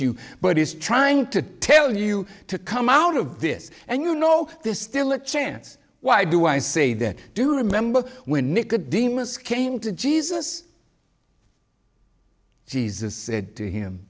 you but is trying to tell you to come out of this and you know this still a chance why do i say that do remember when it could be demons came to jesus jesus said to him